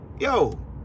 yo